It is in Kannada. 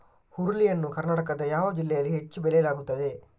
ಹುರುಳಿ ಯನ್ನು ಕರ್ನಾಟಕದ ಯಾವ ಜಿಲ್ಲೆಯಲ್ಲಿ ಹೆಚ್ಚು ಬೆಳೆಯಲಾಗುತ್ತದೆ?